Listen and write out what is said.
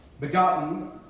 begotten